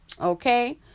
okay